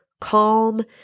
calm